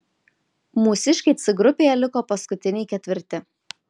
mūsiškiai c grupėje liko paskutiniai ketvirti